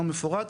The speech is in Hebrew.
לא מפורט,